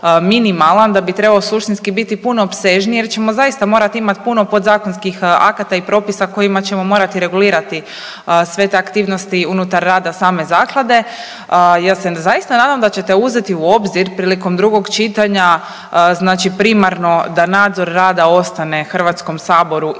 da bi trebao suštinski biti puno opsežniji jer ćemo zaista morati imati puno podzakonskih akata i propisa kojima ćemo morati regulirati sve te aktivnosti unutar rada same zaklade. Ja se zaista nadam da ćete uzeti u obzir prilikom drugog čitanja, znači primarno da nadzor rada ostane Hrvatskom saboru i